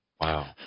wow